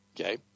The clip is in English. okay